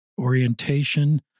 orientation